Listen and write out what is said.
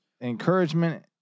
Encouragement